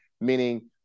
meaning